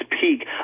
peak